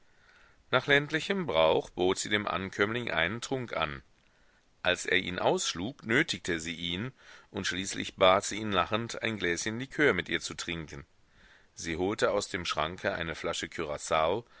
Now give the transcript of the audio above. nach ländlichem brauch bot sie dem ankömmling einen trunk an als er ihn ausschlug nötigte sie ihn und schließlich bat sie ihn lachend ein gläschen likör mit ihr zu trinken sie holte aus dem schranke eine flasche